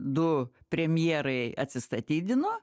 du premjerai atsistatydino